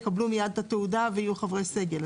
יקבלו מיד את התעודה ויהיו חברי סגל.